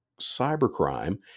cybercrime